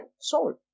sold